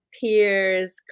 peers